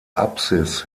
apsis